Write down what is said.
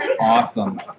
awesome